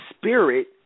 Spirit